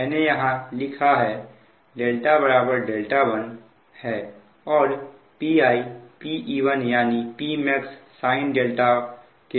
मैंने यहां लिखा है δ δ1 है और Pi Pe1 यानी Pmax sin के बराबर है